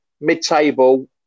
mid-table